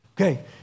Okay